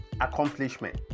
accomplishment